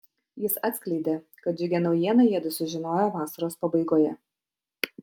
jis atskleidė kad džiugią naujieną jiedu sužinojo vasaros pabaigoje